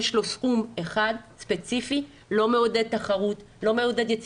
יש לו סכום אחד ספציפי, לא מעודד תחרות ויצירתיות.